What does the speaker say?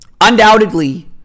Undoubtedly